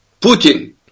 Putin